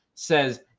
says